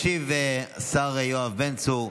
ישיב השר יואב בן צור,